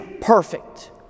perfect